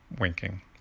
winking